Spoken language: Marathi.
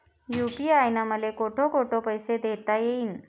यू.पी.आय न मले कोठ कोठ पैसे देता येईन?